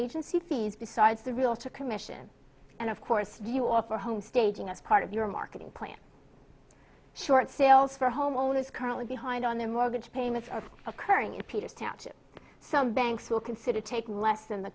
fees besides the realtor commission and of course you offer home staging as part of your marketing plan short sales for homeowners currently behind on their mortgage payments are occurring in peter's township some banks will consider taking less than the